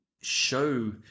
show